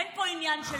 אין פה עניין של ביקורת.